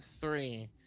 three